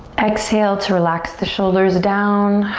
exhale to relax the shoulders down.